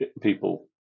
people